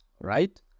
Right